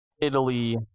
Italy